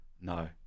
No